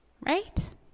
Right